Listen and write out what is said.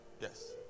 Yes